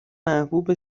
محبوب